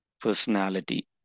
personality